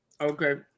Okay